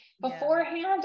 beforehand